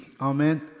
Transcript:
Amen